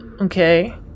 Okay